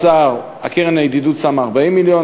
הקרן לידידות שמה 40 מיליון,